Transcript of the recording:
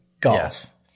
golf